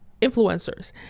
influencers